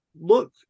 look